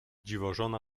dziwożona